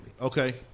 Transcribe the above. Okay